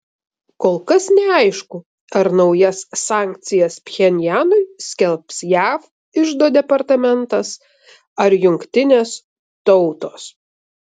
kol kas neaišku ar naujas sankcijas pchenjanui skelbs jav iždo departamentas ar jungtinės tautos